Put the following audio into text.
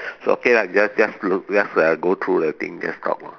so okay lah we just just look just uh go through the thing just talk